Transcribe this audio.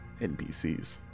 NPCs